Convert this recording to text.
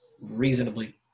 reasonably